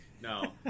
no